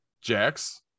jack's